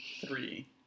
Three